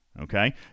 okay